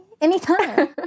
Anytime